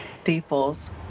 Staples